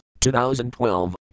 2012